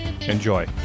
Enjoy